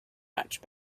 much